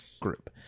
group